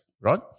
right